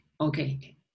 Okay